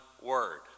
word